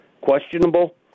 questionable